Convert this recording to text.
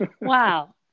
wow